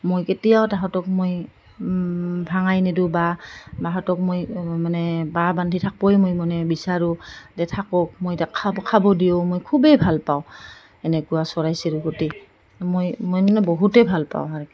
মই কেতিয়াও তাহাঁতক মই ভাঙাই নিদোঁ বা তাহাঁতক মই মানে বাহ বান্ধি থাকিবই মই মানে বিচাৰোঁ যে থাকক মই ইতা খ খাব দিওঁ মই খুবেই ভাল পাওঁ এনেকুৱা চৰাই চিৰিকটি মই মই মানে বহুতেই ভাল পাওঁ আৰু